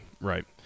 right